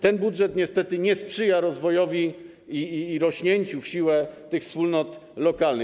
Ten budżet niestety nie sprzyja rozwojowi i rośnięciu w siłę tych wspólnot lokalnych.